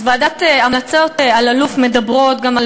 אז המלצות ועדת אלאלוף מדברות גם על